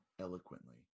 eloquently